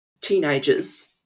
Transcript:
teenagers